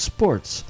Sports